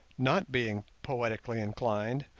not being poetically inclined,